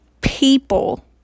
people